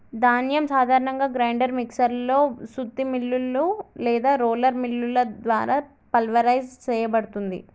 ధాన్యం సాధారణంగా grinder mixer లో సుత్తి మిల్లులు లేదా రోలర్ మిల్లుల ద్వారా పల్వరైజ్ సేయబడుతుంది